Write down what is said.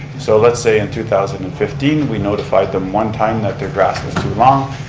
so let's say in two thousand and fifteen we notified them one time that their grass was too long.